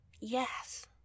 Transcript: Yes